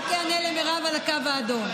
רק אענה למירב על הקו האדום.